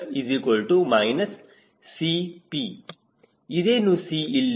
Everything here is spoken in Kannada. −CP ಇದೇನು C ಇಲ್ಲಿ